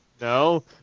no